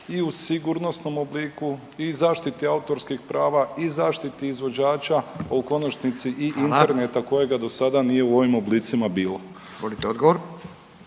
i u sigurnosnom obliku i zaštiti autorskih prava i zaštiti izvođača, a u konačnici i interneta kojega do sada nije u ovim oblicima bilo.